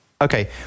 okay